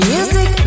Music